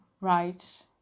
right